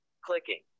Clicking